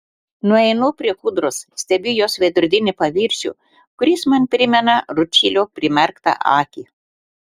nueinu prie kūdros stebiu jos veidrodinį paviršių kuris man primena rūdšilio primerktą akį